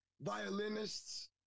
violinists